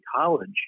college